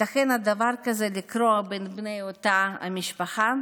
ייתכן דבר כזה שיקרה בין בני אותה משפחה?